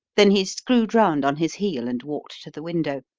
then he screwed round on his heel and walked to the window.